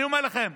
אני אומר לכם,